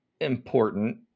important